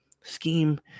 scheme